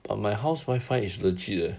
but my house wifi is the legit eh